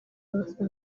basa